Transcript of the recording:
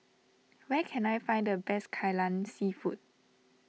where can I find the best Kai Lan Seafood